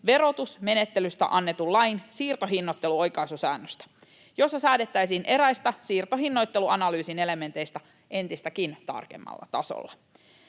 verotusmenettelystä annetun lain siirtohinnoitteluoikaisusäännöstä, jossa säädettäisiin eräistä siirtohinnoitteluanalyysin elementeistä entistäkin tarkemmalla tasolla.